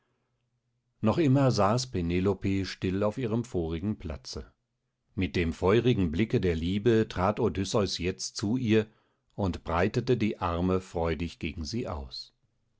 noch immer saß penelope still auf ihrem vorigen platze mit dem feurigen blicke der liebe trat odysseus jetzt zu ihr und breitete die arme freudig gegen sie aus